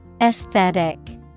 Aesthetic